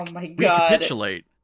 recapitulate